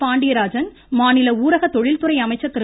பாண்டியராஜன் மாநில ஊரக தொழில் துறை அமைச்சர் திரு